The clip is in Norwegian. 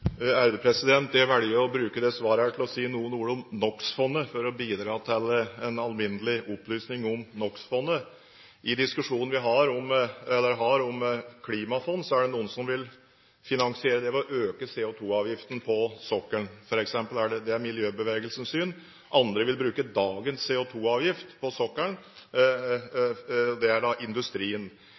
det? Jeg velger å bruke dette svaret til å si noen ord om NOx-fondet for å bidra til en alminnelig opplysning om det. I diskusjonen vi har om klimafond, er det noen som vil finansiere det ved å øke CO2-avgiften på sokkelen, f.eks. Det er miljøbevegelsens syn. Andre vil bruke dagens CO2-avgift på sokkelen, det er industrien.